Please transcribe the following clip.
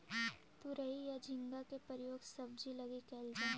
तुरई या झींगा के प्रयोग सब्जी लगी कैल जा हइ